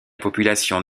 population